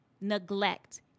neglect